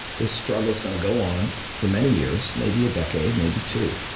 this struggle is gonna go on for many years, maybe a decade, maybe two.